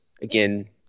again